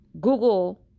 google